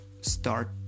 start